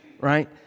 right